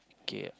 okay